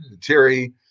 Terry